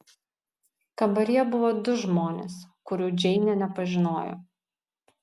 kambaryje buvo du žmonės kurių džeinė nepažinojo